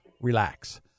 relax